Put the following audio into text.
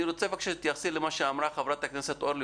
אני רוצה שתתייחסי למה שאמרה חברת הכנסת אורלי